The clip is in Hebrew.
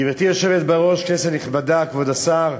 גברתי היושבת בראש, כנסת נכבדה, כבוד השר,